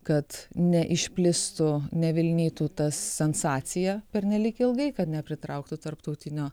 kad neišplistų nevilnytų tas sensacija pernelyg ilgai kad nepritrauktų tarptautinio